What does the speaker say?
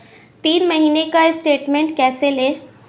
तीन महीने का स्टेटमेंट कैसे लें?